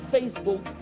Facebook